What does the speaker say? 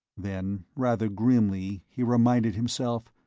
then, rather grimly, he reminded himself,